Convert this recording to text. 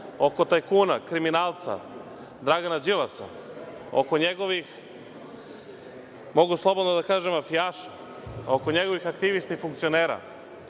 oko tajkuna, kriminalca Dragana Đilasa, oko njegovih, mogu slobodno da kažem, mafijaša, oko njegovih aktivista i funkcionera,